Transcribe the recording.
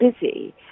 busy